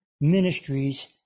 ministries